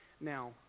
Now